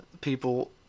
people